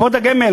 קופות הגמל,